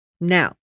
Now